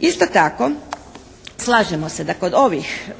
Isto tako slažemo se da kod ovih